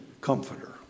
comforter